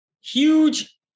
huge